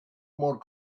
more